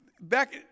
Back